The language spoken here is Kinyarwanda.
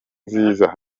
nziza